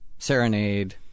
Serenade